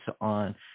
on